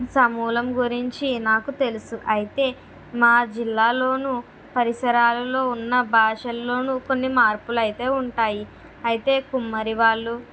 సమూలం గురించి నాకు తెలుసు అయితే మా జిల్లాలోనూ పరిసరాలలో ఉన్న భాషల్లోనూ కొన్ని మార్పులు అయితే ఉంటాయి అయితే కుమ్మరి వాళ్ళు